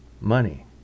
money